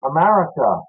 America